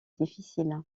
difficile